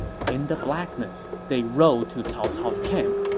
in the blackness, they rode to cao cao's camp,